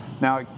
Now